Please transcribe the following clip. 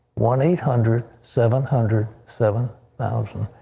one eight hundred seven hundred seven thousand.